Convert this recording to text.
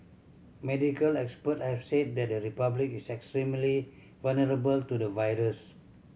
medical expert have said that the Republic is extremely vulnerable to the virus